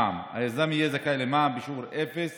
3. מע"מ, היזם יהיה זכאי למע"מ בשיעור 0%